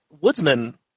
Woodsman